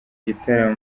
gitaramo